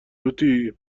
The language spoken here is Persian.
لوتی